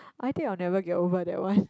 I think I'll never get over that one